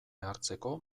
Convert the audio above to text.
hartzeko